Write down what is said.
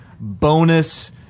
bonus